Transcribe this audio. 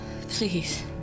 Please